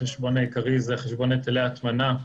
החשבון העיקרי הוא חשבון היטלי הטמנה,